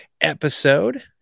episode